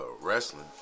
Wrestling